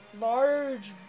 large